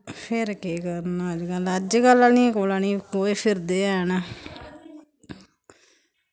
फिर केह् करन अजकल्ल अजकल्ल आह्लियें कोला निं गोहे फिरदे हैन